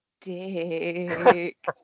dick